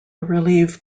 relieve